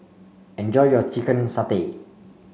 enjoy your Chicken Satay